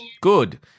Good